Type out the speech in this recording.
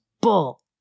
bull